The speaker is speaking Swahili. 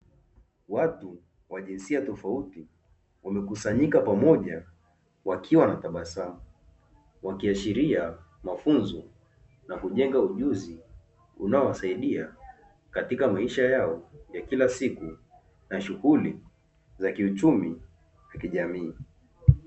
Watu wa jinsia tofauti wamekusanyika pamoja wakiwa wanatabasamu, wakiashiria mafunzo na kujenga ujuzi unaowasaidia katika maisha yao ya kila siku na shughuli za kiuchumi na kijamii.